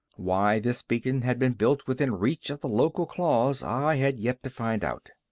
why this beacon had been built within reach of the local claws, i had yet to find out.